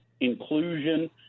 inclusion